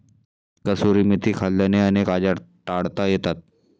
कसुरी मेथी खाल्ल्याने अनेक आजार टाळता येतात